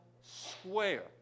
square